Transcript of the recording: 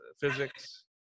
physics